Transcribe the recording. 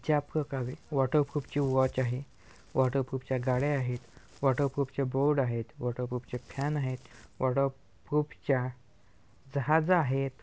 ज्या प्रकारे वॉटरप्रुफची वॉच आहे वॉटरप्रुफच्या गाड्या आहेत वॉटरप्रुफचे बोर्ड आहेत वॉटरप्रुफचे फॅन आहेत वॉटरप्रुफच्या जहाजा आहेत